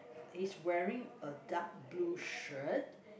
he's wearing a dark blue shirt